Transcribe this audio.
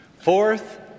Fourth